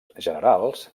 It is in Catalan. generals